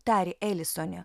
tarė elisonė